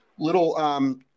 Little